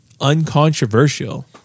uncontroversial